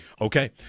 Okay